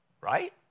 Right